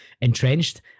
entrenched